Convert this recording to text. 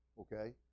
Okay